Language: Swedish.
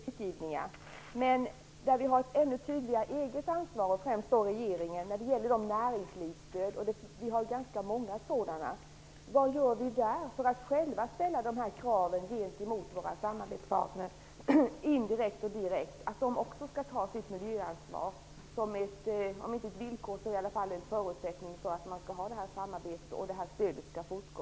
Fru talman! Regeringen kommer att arbeta för att banker och försäkringsbolag skall ta sitt miljöansvar vid kreditgivningar. Men vi - främst då regeringen - har ett ännu tydligare eget ansvar när det gäller näringslivsstöd. Vi har ganska många sådana. Frågan är vad vi gör för att själva ställa krav gentemot våra samarbetspartner indirekt och direkt - krav på att de också skall ta sitt miljöansvar, kanske inte som ett villkor men i alla fall som en förutsättning för att man skall ha ett samarbete och för att stödet skall fortgå.